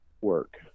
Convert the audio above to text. work